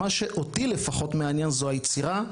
מה שאותי לפחות מעניין זו היצירה,